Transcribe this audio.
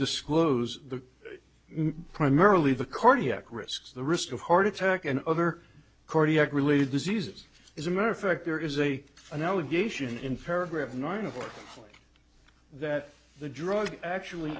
disclose the main primarily the cardiac risk the risk of heart attack and other cardiac related diseases is a matter of fact there is a an allegation in paragraph nine of that the drug actually